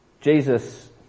Jesus